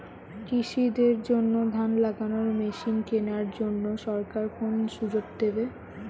কৃষি দের জন্য ধান লাগানোর মেশিন কেনার জন্য সরকার কোন সুযোগ দেবে?